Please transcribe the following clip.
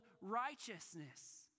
righteousness